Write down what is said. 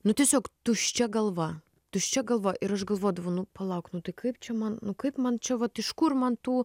nu tiesiog tuščia galva tuščia galva ir aš galvodavau nu palauk nu tai kaip čia man nu kaip man čia vat iš kur man tų